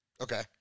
Okay